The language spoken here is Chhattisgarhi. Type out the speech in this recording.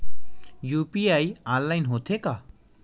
यू.पी.आई ऑनलाइन होथे का?